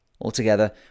Altogether